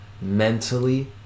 mentally